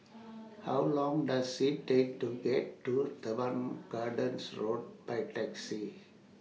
How Long Does IT Take to get to Teban Gardens Road By Taxi